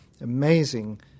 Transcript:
amazing